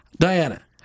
Diana